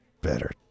better